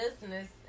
business